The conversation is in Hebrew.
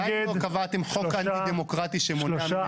עדיין לא קבעתם חוק אנטי דמוקרטי שמונע ממני להרים את היד.